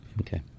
Okay